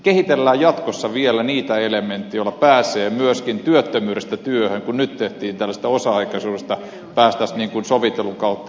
kehitellään jatkossa vielä niitä elementtejä joilla pääsee myöskin työttömyydestä työhön kun nyt tällaisesta osa aikaisuudesta päästäisiin sovittelun kautta eteenpäin